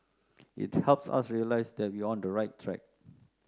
it helps us realise that we're on the right track